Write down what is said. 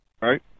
right